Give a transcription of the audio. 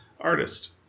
artist